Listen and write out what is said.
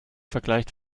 vergleicht